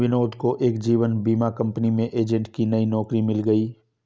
विनोद को एक जीवन बीमा कंपनी में एजेंट की नई नौकरी मिल गयी